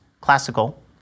classical